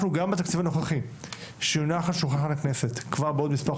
אנחנו גם בתקציב הנוכחי שיונח על שולחן הכנסת כבר בעוד מספר חודשים,